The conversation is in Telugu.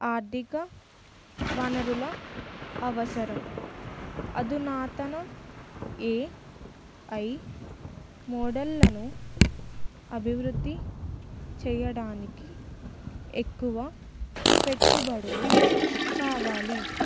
ఆర్థిక వనరుల అవసరం అధునాతన ఏ ఐ మోడళ్లను అభివృద్ధి చేయడానికి ఎక్కువ పెట్టుబడులు కావాలి